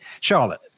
Charlotte